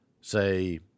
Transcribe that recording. Say